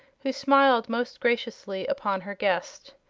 who smiled most graciously upon her guest.